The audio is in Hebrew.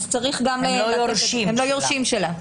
הם לא יורשים שלה.